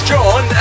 John